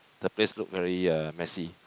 the place look very uh messy